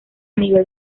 nivel